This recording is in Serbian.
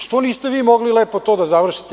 Što niste mogli lepo to da završite?